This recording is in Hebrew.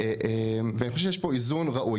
ואני חושב שיש פה איזון ראוי.